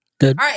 Good